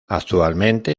actualmente